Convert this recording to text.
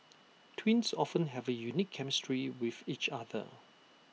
twins often have A unique chemistry with each other